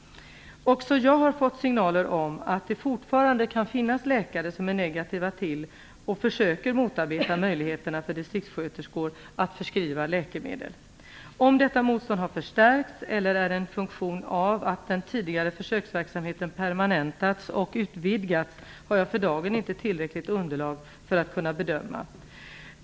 Också jag har fått signaler om att det fortfarande kan finnas läkare som är negativa till och försöker motarbeta möjligheterna för distriktssköterskor att förskriva läkemedel. Om detta motstånd har förstärkts eller är en funktion av att den tidigare försöksverksamheten permanentats och utvidgats har jag för dagen inte tillräckligt underlag för att kunna bedöma.